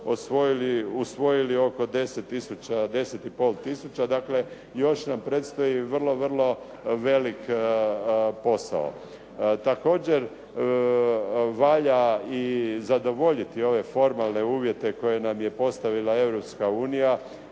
10,5 tisuća. Dakle, još nam predstoji vrlo velik posao. Također valja i zadovoljiti ove formalne uvjete koje nam je postavila Europska unija